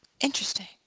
Interesting